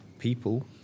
people